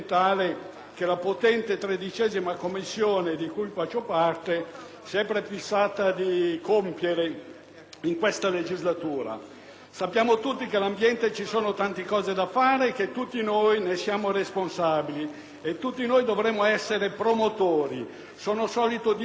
in questa legislatura. Sappiamo tutti che in materia di ambiente ci sono tante cose da fare, che tutti noi ne siamo responsabili e che tutti noi dovremmo essere promotori. Sono solito dire che l'ambiente è formato da tutti i colori dell'iride. La nostra è anche una responsabilità mondiale